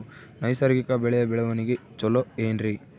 ನೈಸರ್ಗಿಕ ಬೆಳೆಯ ಬೆಳವಣಿಗೆ ಚೊಲೊ ಏನ್ರಿ?